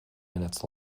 minutes